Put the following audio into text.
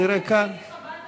נכון, נכון.